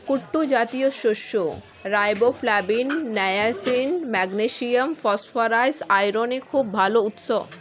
কুট্টু জাতীয় শস্য riboflavin, niacin, magnesium, phosphorus, আয়রনের খুব ভাল উৎস